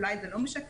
אולי זה לא משקף,